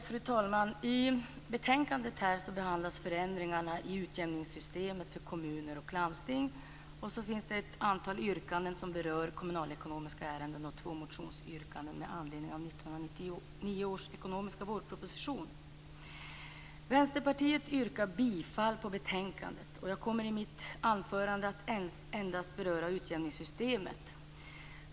Fru talman! I detta betänkande behandlas förändringar i utjämningssystemet för kommuner och landsting, ett femtontal yrkanden som berör kommunalekonomiska ärenden och två motionsyrkanden med anledning av 1999 års ekonomiska vårproposition. Vänsterpartiet yrkar bifall till utskottets hemställan. Jag kommer i mitt anförande endast att beröra utjämningssystemet.